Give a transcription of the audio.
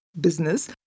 business